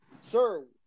sir